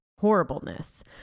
horribleness